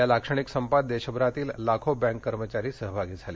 या लाक्षणिक संपात देशभरातील लाखो बँक कर्मचारी सहभागी झाले